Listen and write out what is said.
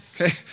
okay